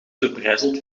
verbrijzeld